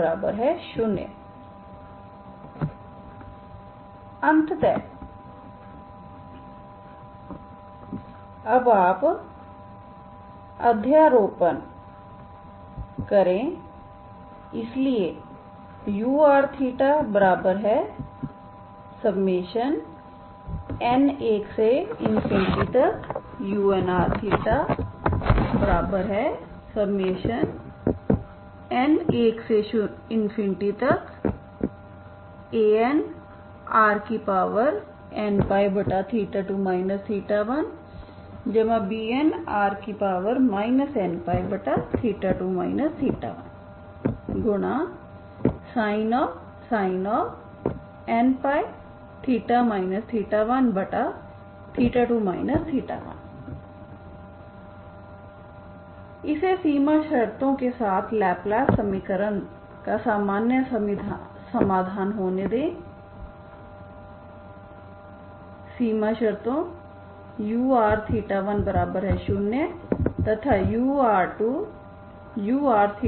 अतः अब आप अध्यारोपण करें इसलिए urθn1unrθn1Anrnπ2 1Bnr nπ2 1sin nπθ 12 1 इसे सीमा शर्तों के साथ लाप्लास समीकरण का सामान्य समाधान होने दें सीमा शर्तों ur10 तथा ur20